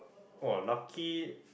ah lucky